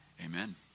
Amen